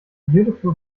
beautiful